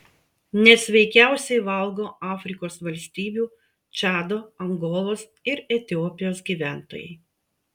nesveikiausiai valgo afrikos valstybių čado angolos ir etiopijos gyventojai